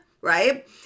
right